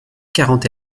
quarante